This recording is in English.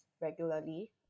regularly